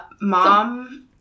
Mom